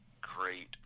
great